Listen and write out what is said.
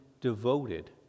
devoted